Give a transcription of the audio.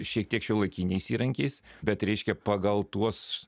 šiek tiek šiuolaikiniais įrankiais bet reikia pagal tuos